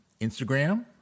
Instagram